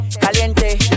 caliente